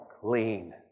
clean